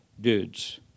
dudes